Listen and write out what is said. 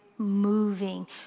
moving